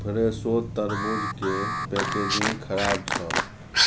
फ्रेशो तरबूजके पैकेजिंग खराब छल